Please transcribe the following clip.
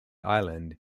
island